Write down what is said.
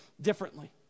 differently